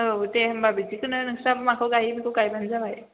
औ दे होनबा बिदिखौनो नोंस्राबो माखौ गायो बेखौनो गायबानो जाबाय